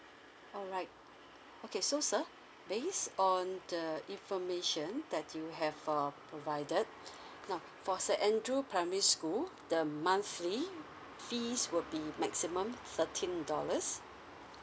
alright okay so sir based on the information that you have uh provided now for saint andrew primary school the monthly fees would be maximum thirteen dollars